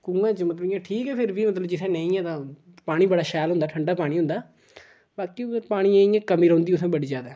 ते कुएं च मतलब इयां ठीक ऐ फ्ही बी मतलब जित्थै नेईं ऐ तां पानी बड़ा शैल होंदा ठंडा पानी होंदा बाकी उद्धर पानियै दी इयां कमी रौंह्दी बड़ी जैदा